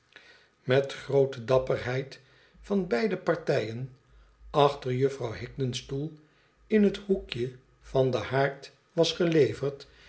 wederzijdschb vriend heid van beide partijen achter vrouw hiden's stoel in het hoekje va den haard was geleverd